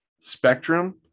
spectrum